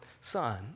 son